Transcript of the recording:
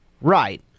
right